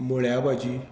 मुळ्या भाजी